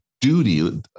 duty